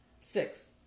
six